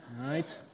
right